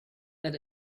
that